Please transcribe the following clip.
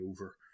over